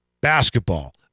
basketball